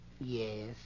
Yes